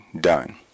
done